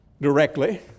directly